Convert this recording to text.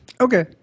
Okay